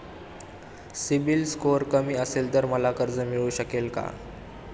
CIBIL score कमी असेल तर मला कर्ज मिळू शकेल का?